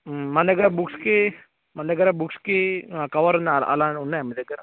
మన దగ్గర బుక్స్కి మన దగ్గర బుక్స్కి కవర్ ఉండాలా అలా ఉన్నాయా మీ దగ్గర